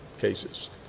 cases